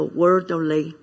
worldly